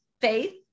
faith